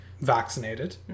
vaccinated